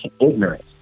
ignorance